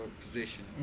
position